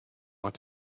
want